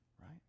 right